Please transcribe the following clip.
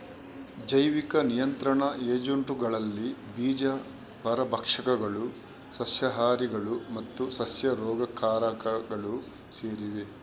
ಜೈವಿಕ ನಿಯಂತ್ರಣ ಏಜೆಂಟುಗಳಲ್ಲಿ ಬೀಜ ಪರಭಕ್ಷಕಗಳು, ಸಸ್ಯಹಾರಿಗಳು ಮತ್ತು ಸಸ್ಯ ರೋಗಕಾರಕಗಳು ಸೇರಿವೆ